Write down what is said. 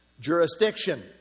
jurisdiction